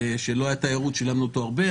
כשלא הייתה תיירות שילמנו אותו הרבה,